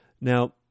Now